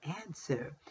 answer